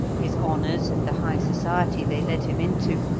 his honours, and the high society they led him into,